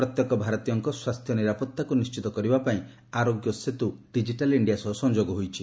ପ୍ରତ୍ୟେକ ଭାରତୀୟଙ୍କର ସ୍ୱାସ୍ଥ୍ୟ ଓ ନିରାପତ୍ତାକୁ ନିର୍ଣ୍ଣିତ କରିବା ପାଇଁ 'ଆରୋଗ୍ୟ ସେତ୍ର୍ ଡିକିଟାଲ୍ ଇଣ୍ଡିଆ ସହ ସଂଯୋଗ ହୋଇଛି